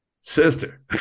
sister